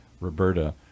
Roberta